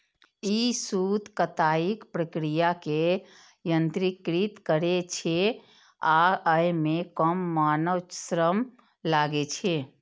ई सूत कताइक प्रक्रिया कें यत्रीकृत करै छै आ अय मे कम मानव श्रम लागै छै